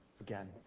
again